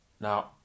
Now